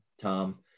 Tom